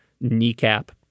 kneecap